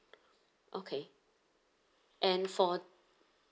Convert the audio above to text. okay and for